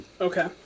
Okay